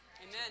Amen